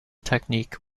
technique